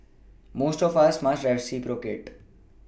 most of us must reciprocate